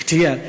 תהיה.